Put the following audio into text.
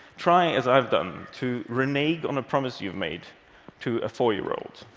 try, as i've done, to renege on a promise you've made to a four-year-old.